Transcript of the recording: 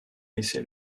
laissé